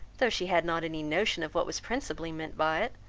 though she had not any notion of what was principally meant by it,